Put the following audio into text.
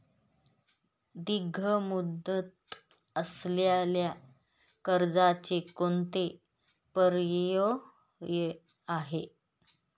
दीर्घ मुदत असलेल्या कर्जाचे कोणते पर्याय आहे?